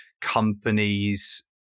companies